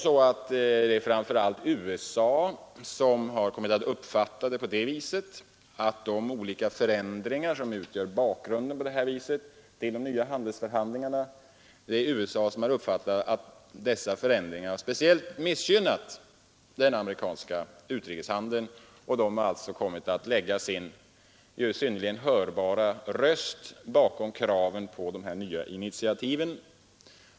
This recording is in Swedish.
Framför allt USA har kommit att uppfatta det så att de olika förändringar som utgör bakgrunden till de nya handelsförhandlingarna speciellt har missgynnat den amerikanska utrikeshandeln, och USA har alltså kommit att lägga sin synnerligen hörbara röst bakom kraven på dessa nya initiativ.